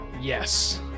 Yes